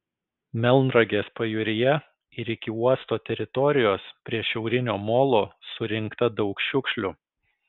melnragės pajūryje ir iki uosto teritorijos prie šiaurinio molo surinkta daug šiukšlių